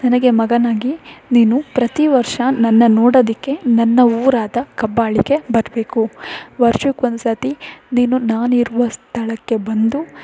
ನನಗೆ ಮಗನಾಗಿ ನೀನು ಪ್ರತಿ ವರ್ಷ ನನ್ನನ್ನು ನೋಡೋದಕ್ಕೆ ನನ್ನ ಊರಾದ ಕಬ್ಬಾಳಿಗೆ ಬರಬೇಕು ವರ್ಷಕ್ಕೆ ಒಂದು ಸರ್ತಿ ನೀನು ನಾನು ಇರುವ ಸ್ಥಳಕ್ಕೆ ಬಂದು